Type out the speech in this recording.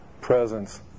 presence